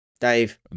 Dave